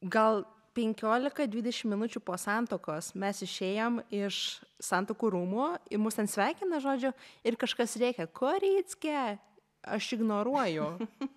gal penkiolika dvidešimt minučių po santuokos mes išėjom iš santuokų rūmų ir mus ten sveikina žodžiu ir kažkas rėkia koricke aš ignoruoju